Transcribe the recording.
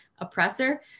oppressor